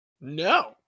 no